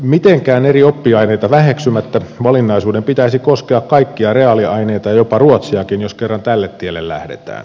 mitenkään eri oppiaineita väheksymättä valinnaisuuden pitäisi koskea kaikkia reaaliaineita jopa ruotsiakin jos kerran tälle tielle lähdetään